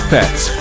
Pets